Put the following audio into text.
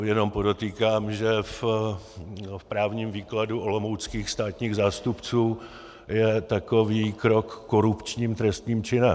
Jenom podotýkám, že v právním výkladu olomouckých státních zástupců je takový krok korupčním trestným činem.